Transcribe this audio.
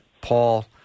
Paul